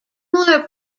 more